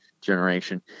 generation